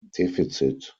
deficit